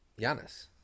Giannis